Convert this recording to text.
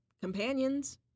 companions